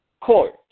court